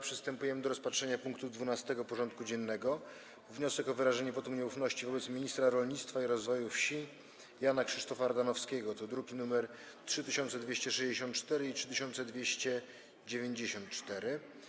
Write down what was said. Przystępujemy do rozpatrzenia punktu 12. porządku dziennego: Wniosek o wyrażenie wotum nieufności wobec ministra rolnictwa i rozwoju wsi Jana Krzysztofa Ardanowskiego (druki nr 3264 i 3294)